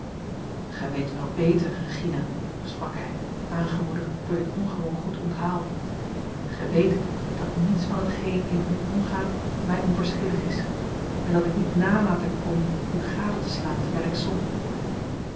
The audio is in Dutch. gij weet wel beter regina sprak hij aangemoedigd door dit ongewoon goed onthaal gij weet dat niets van hetgeen in u omgaat mij onverschillig is en dat ik niet nalaten kon u gade te slaan terwijl ik zong